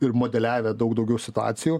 ir modeliavę daug daugiau situacijų